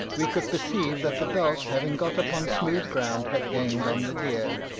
we could perceive that the dogs, having got upon smooth ground, had gained on the deer,